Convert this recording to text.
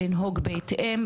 לנהוג בהתאם,